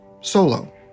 solo